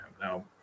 Now